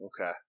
okay